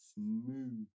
Smooth